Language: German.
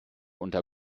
unter